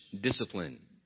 discipline